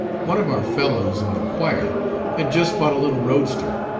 one of our fellows in the choir had just bought a little roadster,